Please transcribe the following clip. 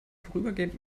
vorübergehend